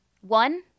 One